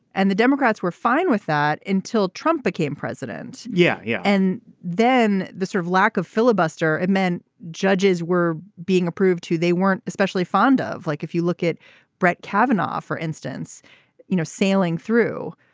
and the democrats were fine with that until trump became president. yeah. yeah. and then the sort of lack of filibuster it meant judges were being approved to they weren't especially fond of. like if you look at brett kavanaugh for instance you know sailing through.